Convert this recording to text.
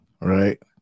right